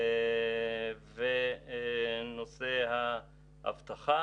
אבטחה